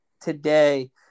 today